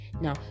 Now